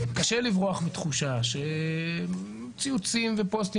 קשה לברוח מתחושה שציוצים ופוסטים